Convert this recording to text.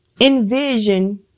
envision